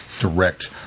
direct